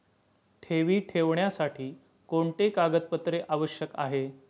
ठेवी ठेवण्यासाठी कोणते कागदपत्रे आवश्यक आहे?